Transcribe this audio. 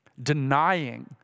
denying